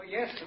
Yes